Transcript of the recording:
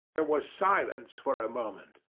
there was silence for a moment,